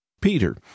Peter